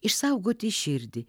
išsaugoti širdį